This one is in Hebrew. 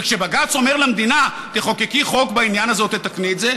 וכשבג"ץ אומר למדינה: תחוקקי חוק בעניין הזה או תתקני את זה,